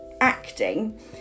acting